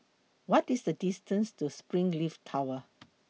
What IS The distance to Springleaf Tower